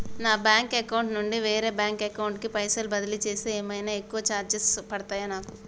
నా bank account నుండి వేరే బ్యాంక్ అకౌంట్ కి పైసల్ బదిలీ చేస్తే ఏమైనా ఎక్కువ చార్జెస్ పడ్తయా నాకు?